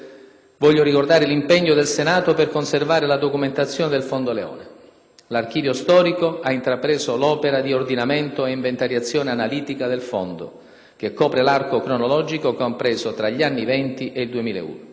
voglio ricordare l'impegno del Senato per conservare la documentazione del Fondo Leone; l'Archivio storico ha intrapreso l'opera di ordinamento ed inventariazione analitica del Fondo, che copre l'arco cronologico compreso tra gli anni Venti e il 2001.